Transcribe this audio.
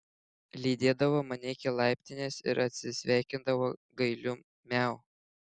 lydėdavo mane iki laiptinės ir atsisveikindavo gailiu miau